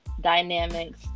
dynamics